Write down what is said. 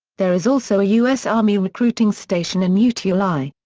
there is also a u s. army recruiting station in utulei.